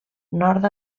nord